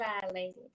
violated